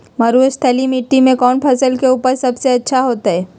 मरुस्थलीय मिट्टी मैं कौन फसल के उपज सबसे अच्छा होतय?